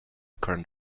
current